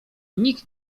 nikt